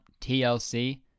TLC